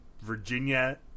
Virginia